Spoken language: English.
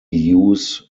use